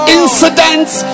incidents